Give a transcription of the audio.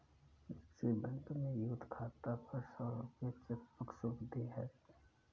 axis bank में youth खाता पर सौ रूपये चेकबुक शुल्क देय है